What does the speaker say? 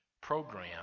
program